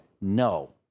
No